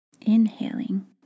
inhaling